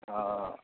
हँ